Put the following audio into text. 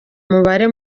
mubare